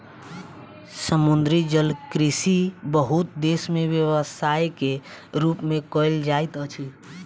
समुद्री जलकृषि बहुत देस में व्यवसाय के रूप में कयल जाइत अछि